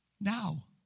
Now